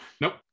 nope